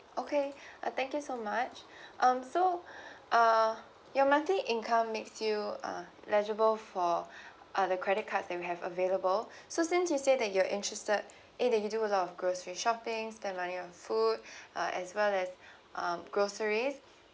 okay uh thank you so much um so uh your monthly income makes you uh eligible for uh the credit cards that we have available so since you say that you're interested eh that you do a lot of grocery shopping spend money on food uh as well as um groceries